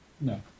No